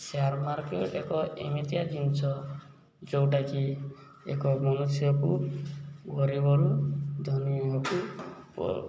share market ଏକ ଏମିତିଆ ଜିନିଷ ଯେଉଁଟାକି ଏକ ମନୁଷ୍ୟକୁ ଗରିବରୁ ଧନୀକୁ